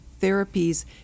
therapies